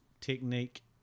technique